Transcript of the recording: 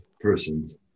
persons